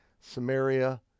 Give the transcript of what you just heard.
Samaria